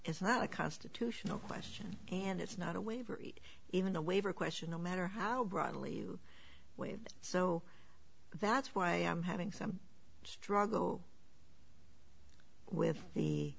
it's not a constitutional question and it's not a wavery even a waiver question no matter how broadly you wait so that's why i'm having some struggle with the